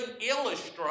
illustrate